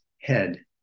head